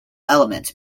elements